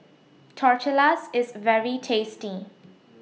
Tortillas IS very tasty